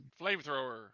flamethrower